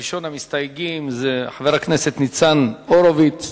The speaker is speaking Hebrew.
ראשון המסתייגים הוא חבר הכנסת ניצן הורוביץ.